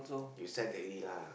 you said already lah